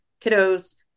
kiddos